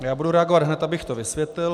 Já budu reagovat hned, abych to vysvětlil.